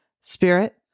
Spirit